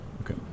okay